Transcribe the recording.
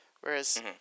Whereas